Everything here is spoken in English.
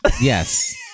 Yes